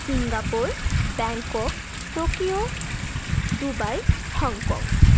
Singapore Bangkok Tokyo Dubai Hong Kong